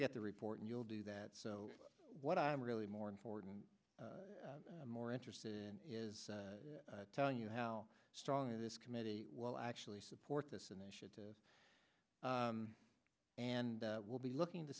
get the report and you'll do that so what i'm really more important more interested in is telling you how strongly this committee will actually support this initiative and we'll be looking to